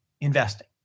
investing